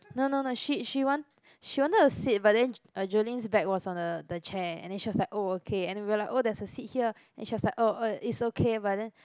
no no no she she want she wanted to sit but then uh Jolene's bag was on the the chair and then she was like oh okay anyway we were like there's a seat here and she was like oh oh it's okay but then